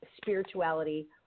spirituality